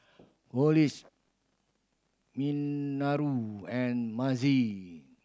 Coolidge Minoru and Mazie